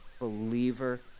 believer